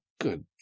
good